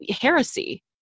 heresy